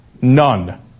None